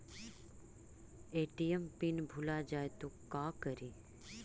ATM PIN भुला जाए तो का करी?